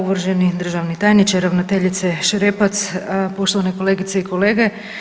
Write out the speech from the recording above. Uvaženi državni tajniče, ravnateljice Šerepac, poštovane kolegice i kolege.